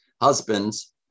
Husbands